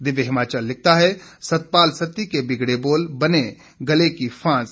दिव्य हिमाचल लिखता है सतपाल सत्ती के बिगड़े बोल बने गले की फांस